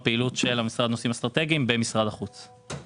הפנייה נועדה לתגבור משרד החוץ בסך של 115 מיליון שקלים בהוצאה